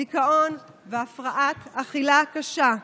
דיכאון והפרעת אכילה קשה.